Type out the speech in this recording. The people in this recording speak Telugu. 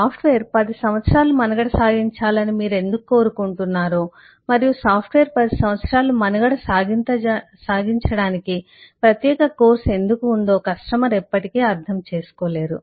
సాఫ్ట్వేర్ 10 సంవత్సరాలు మనుగడ సాగించాలని మీరు ఎందుకు కోరుకుంటున్నారో మరియు సాఫ్ట్వేర్ 10 సంవత్సరాలు మనుగడ సాగించడానికి ప్రత్యేక కోర్సు ఎందుకు ఉందో కస్టమర్ ఎప్పటికీ అర్థం చేసుకోలేరు